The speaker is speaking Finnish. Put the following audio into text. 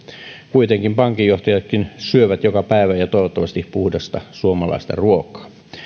kuitenkin pankinjohtajatkin syövät joka päivä ja toivottavasti puhdasta suomalaista ruokaa erinomaisena näen